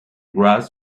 grass